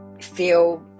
feel